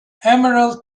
emerald